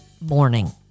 morning